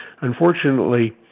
Unfortunately